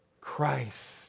Christ